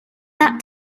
that